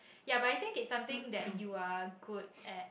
but I think it's something that you are good at